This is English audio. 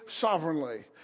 sovereignly